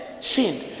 sin